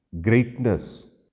Greatness